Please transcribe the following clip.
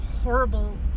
horrible